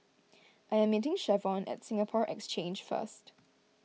I am meeting Shavon at Singapore Exchange first